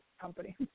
company